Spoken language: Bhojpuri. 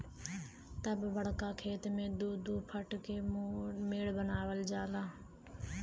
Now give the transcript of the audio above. तब बड़का खेत मे दू दू फूट के मेड़ बनावल जाए